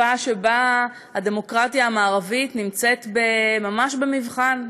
כתקופה שבה הדמוקרטיה המערבית נמצאת ממש במבחן,